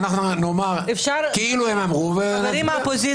ואנחנו נאמר כאילו הם אמרו ונצביע.